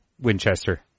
Winchester